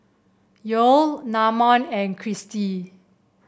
Yoel Namon and Christy